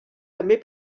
també